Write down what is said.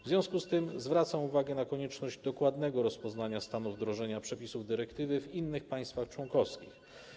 W związku z tym zwracam uwagę na konieczność dokładnego rozpoznania stanu wdrożenia przepisów dyrektywy w innych państwach członkowskich.